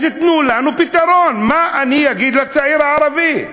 אז תנו לנו פתרון, מה אני אגיד לצעיר הערבי?